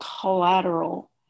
collateral